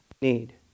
need